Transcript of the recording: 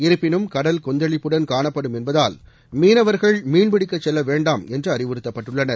இருப்பினும் கடல் கொந்தளிப்புடன் காணப்படும் என்பதால் மீனவர்கள் மீன்பிடிக்கச் செல்ல வேண்டாம் என்று அறிவுறுத்தப்பட்டுள்ளனர்